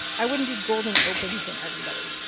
i wouldn't do golden opens and everybody.